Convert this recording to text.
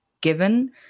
given